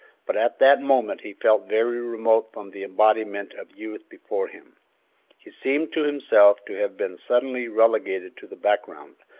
but at that moment he felt very remote from the embodiment of youth before him he seemed to himself to have been suddenly relegated to the background,